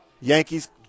Yankees